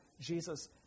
Jesus